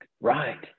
Right